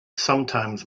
sometimes